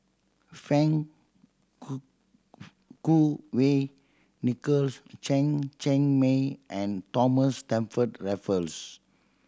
Fang Kuo Wei Nicholas Chen Cheng Mei and Thomas Stamford Raffles